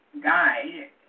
guide